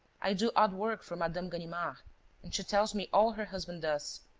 i do odd work for madame ganimard and she tells me all her husband does.